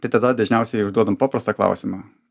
tai tada dažniausiai užduodam paprastą klausimą